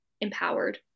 empowered